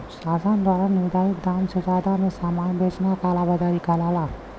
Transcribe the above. शासन द्वारा निर्धारित दाम से जादा में सामान बेचना कालाबाज़ारी कहलाला